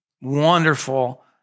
wonderful